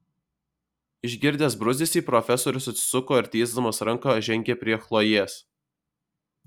išgirdęs bruzdesį profesorius atsisuko ir tiesdamas ranką žengė prie chlojės